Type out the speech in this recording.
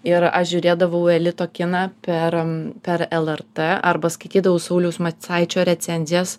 ir aš žiūrėdavau elito kiną per per lrt arba skaitydavau sauliaus macaičio recenzijas